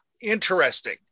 Interesting